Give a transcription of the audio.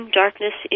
darkness